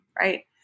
right